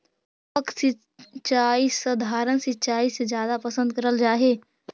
टपक सिंचाई सधारण सिंचाई से जादा पसंद करल जा हे